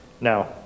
Now